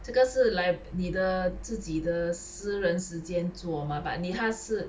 这个是 li~ 你的自己的私人时间做 mah but 你他是